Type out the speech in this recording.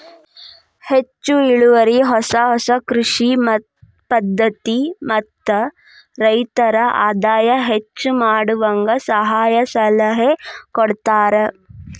ಹೆಚ್ಚು ಇಳುವರಿ ಹೊಸ ಹೊಸ ಕೃಷಿ ಪದ್ಧತಿ ಮತ್ತ ರೈತರ ಆದಾಯ ಹೆಚ್ಚ ಮಾಡುವಂಗ ಸಹಾಯ ಸಲಹೆ ಕೊಡತಾರ